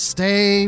Stay